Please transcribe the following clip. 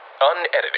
Unedited